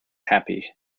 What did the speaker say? happy